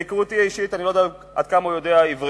ומהיכרותי האישית אתו אני לא יודע עד כמה הוא יודע עברית,